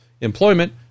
employment